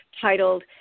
titled